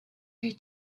her